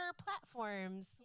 platforms